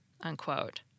unquote